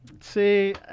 See